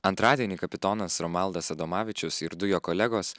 antradienį kapitonas romaldas adomavičius ir du jo kolegos